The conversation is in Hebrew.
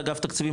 איך אגף תקציבים,